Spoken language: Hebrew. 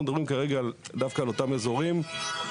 אנחנו מדברים דווקא על אותם אזורים שבהם